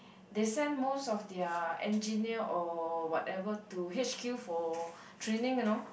they send most of their engineer or whatever to h_q for training you know